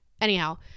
Anyhow